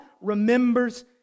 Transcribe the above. remembers